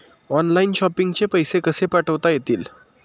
Online shopping चे पैसे कसे पाठवता येतील?